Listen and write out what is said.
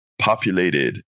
populated